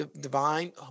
divine